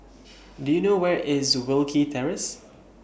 Do YOU know Where IS Wilkie Terrace